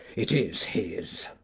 it is his.